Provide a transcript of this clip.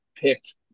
Picked